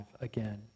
again